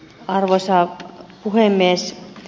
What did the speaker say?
arvoisa puhemies